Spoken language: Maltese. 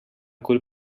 kull